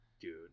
Dude